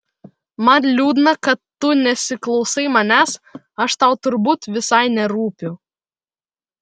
man liūdna kad tu nesiklausai manęs aš tau turbūt visai nerūpiu